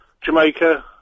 Jamaica